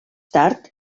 tard